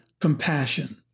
compassion